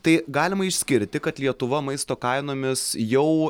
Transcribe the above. tai galima išskirti kad lietuva maisto kainomis jau